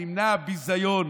ונמנע הביזיון